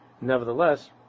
Nevertheless